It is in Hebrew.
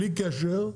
בלי קשר,